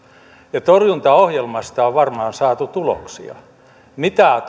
ja torjuntaohjelmasta on varmaan saatu tuloksia mitä